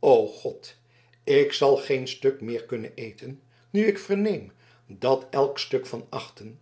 o god ik zal geen stuk meer kunnen eten nu ik verneem dat elk stuk van achten